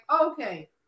Okay